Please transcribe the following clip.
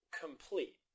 complete